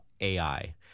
AI